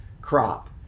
crop